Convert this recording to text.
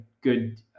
good